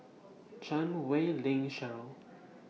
Chan Wei Ling Cheryl